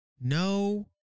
No